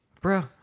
Bro